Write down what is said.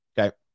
Okay